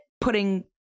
putting